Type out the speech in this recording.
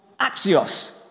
axios